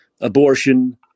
Abortion